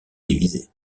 divisés